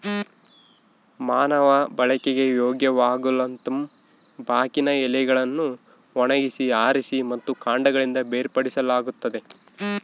ಮಾನವ ಬಳಕೆಗೆ ಯೋಗ್ಯವಾಗಲುತಂಬಾಕಿನ ಎಲೆಗಳನ್ನು ಒಣಗಿಸಿ ಆರಿಸಿ ಮತ್ತು ಕಾಂಡಗಳಿಂದ ಬೇರ್ಪಡಿಸಲಾಗುತ್ತದೆ